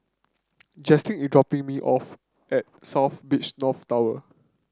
Jaclyn is dropping me off at South Beach North Tower